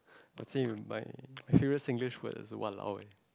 I would say my favourite Singlish word is !walao! eh